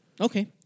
okay